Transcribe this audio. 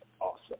awesome